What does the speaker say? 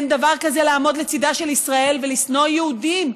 אין דבר כזה לעמוד לצידה של ישראל ולשנוא יהודים.